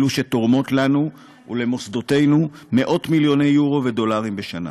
שתורמות לנו ולמוסדותינו מאות-מיליוני יורו ודולרים בשנה.